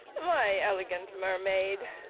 my elegant mermaid,